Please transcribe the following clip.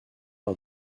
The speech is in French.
par